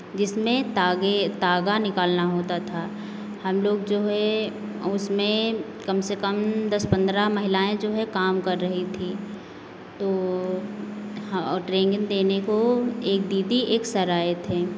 जिसमें तागे तागा निकलना होता था हम लोग जो है उसमें कम से कम दस पन्द्रह महिलायें जो है काम कर रही थी तो हा ट्रेनिंग देने को एक दीदी एक सर आए थे